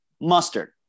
mustard